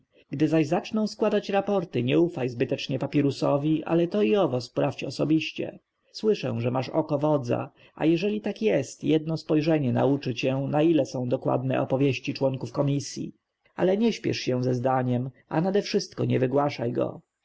gdy zaś zaczną składać raporta nie ufaj zbytecznie papirusowi ale to i owo sprawdź osobiście słyszę że masz oko wodza a jeżeli tak jest jedno spojrzenie nauczy cię o ile są dokładne opowieści członków komisji ale nie śpiesz się ze zdaniem a nadewszystko nie wygłaszaj go